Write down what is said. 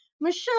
Michelle